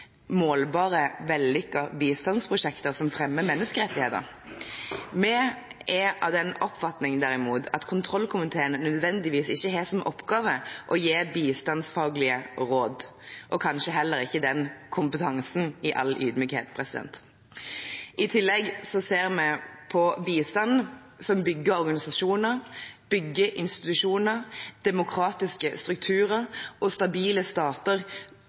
målbare, vellykkede bistandsprosjekter som fremmer menneskerettigheter. Vi er derimot av den oppfatning at kontroll- og konstitusjonskomiteen ikke nødvendigvis har som oppgave å gi bistandsfaglige råd – og kanskje heller ikke har den kompetansen, i all ydmykhet. I tillegg ser vi på den bistanden som bygger organisasjoner, bygger institusjoner, demokratiske strukturer og stabile stater,